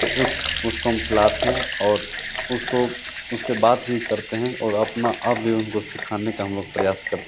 तो उस उसको हम खिलाते हैं और उसको उससे बात भी करते हैं और अपना आप भी उनको सिखाने का भी प्रयास करते हैं